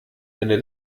ende